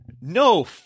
No